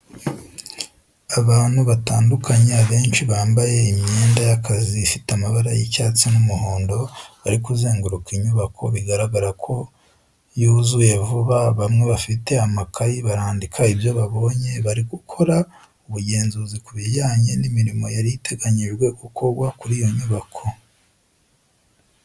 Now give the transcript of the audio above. Abantu batandukanye abenshi bambaye imyenda y'akazi ifite amabara y'icyatsi n'umuhondo, bari kuzenguruka inyubako bigaragara ko yuzuye vuba bamwe bafite amakayi barandika ibyo babonye bari gukora ubugenzuzi ku bijyanye n'imirimo yari iteganyijwe gukorwa kuri iyo nyubako.